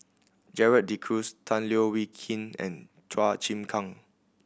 Gerald De Cruz Tan Leo Wee Hin and Chua Chim Kang